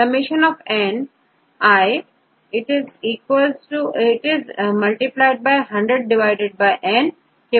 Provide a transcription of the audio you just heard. यहΣni 100N के बराबर होती है